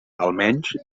almenys